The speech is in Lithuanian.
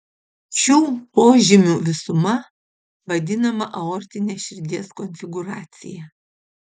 šių požymių visuma vadinama aortine širdies konfigūracija